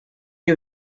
you